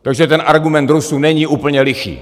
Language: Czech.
Takže ten argument Rusů není úplně lichý.